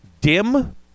dim